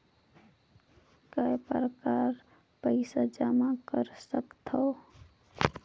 काय प्रकार पईसा जमा कर सकथव?